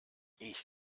ich